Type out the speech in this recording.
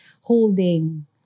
holding